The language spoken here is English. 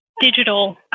digital